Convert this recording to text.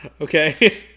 Okay